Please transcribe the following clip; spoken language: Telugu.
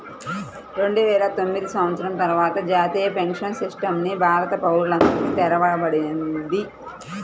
రెండువేల తొమ్మిది సంవత్సరం తర్వాత జాతీయ పెన్షన్ సిస్టమ్ ని భారత పౌరులందరికీ తెరవబడింది